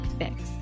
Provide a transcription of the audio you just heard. fix